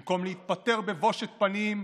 במקום להתפטר בבושת פנים,